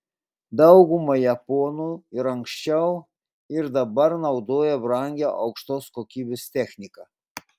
dauguma japonų ir anksčiau ir dabar naudoja brangią aukštos kokybės techniką